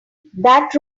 that